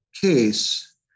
case